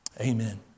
amen